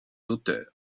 auteurs